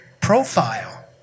profile